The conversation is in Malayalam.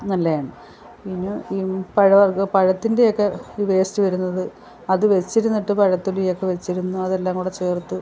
നല്ലെയാണ് പിന്നെ ഇ പഴവർഗം പഴത്തിൻ്റെയൊക്കെ വേസ്റ്റ് വരുന്നത് അത് വെച്ചിരുന്നിട്ട് പഴത്തൊലിയൊക്കെ വെച്ചിരുന്ന് അതെല്ലാം കൂടെ ചേർത്ത്